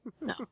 No